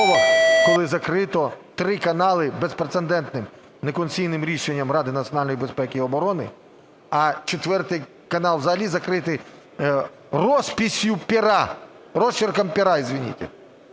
коли закрито три канали безпрецедентним неконституційним рішенням Ради національної безпеки і оборони, а четвертий канал взагалі закритий росписью пера, росчерком пера, извините,